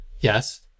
Yes